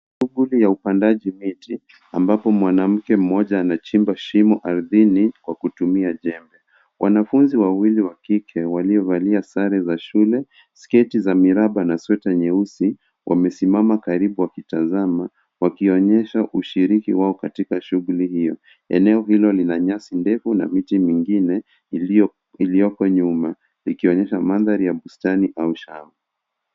Shughuli ya upandaji miti ambapo mwanamke mmoja anachimba shimo ardhini kw kutumia jembe. Wanafunzi wawili wa kike waliovalia sare za shule, sketi za miraba na sweta nyeusi wamesimama karibu wakitazama wakionyesha ushiriki wao katika shughuli hiyo. Eneo hilo lina nyasi ndefu na miti mingine iliyooko nyuma ikionyesha mandhari ya bustani au shamba.